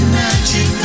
magic